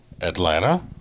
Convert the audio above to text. Atlanta